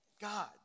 God